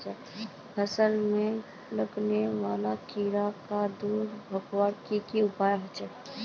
फसल में लगने वाले कीड़ा क दूर भगवार की की उपाय होचे?